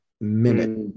minute